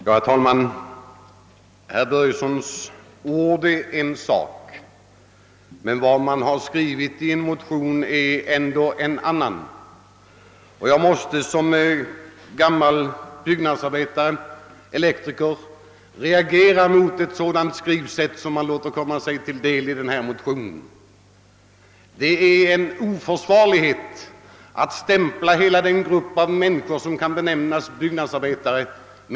Herr talman! Herr Börjessons ord är en sak, vad han har skrivit i en motion är en annan sak. Som gammal byggnadsarbetare — elektriker — reagerar jag mot ett sådant skrivsätt som motionärerna gjort sig skyldiga till. Det är oförsvarligt att i en motion med det syftet och det innehållet stämpla hela den grupp människor som kan betecknas som byggnadsarbetare.